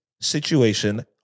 situation